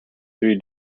three